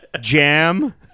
jam